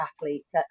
athletes